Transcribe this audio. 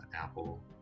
Apple